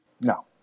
No